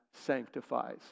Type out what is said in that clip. sanctifies